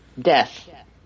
death